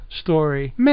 story